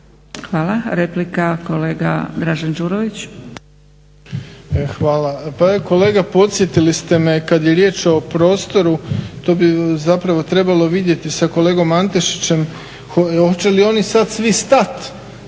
Hvala. Replika kolega Dražen Đurović. **Đurović, Dražen (HDSSB)** Hvala. Kolega podsjetili ste me kada je riječ o prostoru to bi zapravo trebalo vidjeti sa kolegom Antešićem hoće li oni sad svi stati